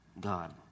God